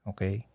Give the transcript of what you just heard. Okay